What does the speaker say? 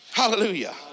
hallelujah